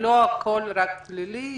שלא הכול רק פלילי,